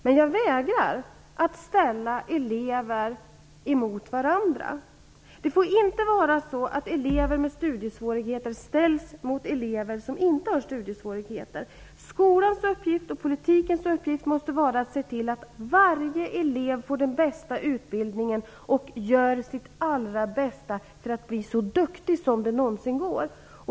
Men jag vägrar att ställa elever emot varandra. Det får inte vara så att elever med studiesvårigheter ställs mot elever som inte har studiesvårigheter. Skolans och politikens uppgift måste vara att se till att varje elev får den bästa utbildningen och gör sitt allra bästa för att bli så duktig som det någonsin går.